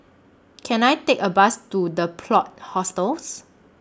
Can I Take A Bus to The Plot Hostels